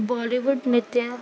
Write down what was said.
बॉलीवुड नृत्य